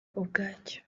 ubwacyo